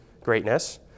greatness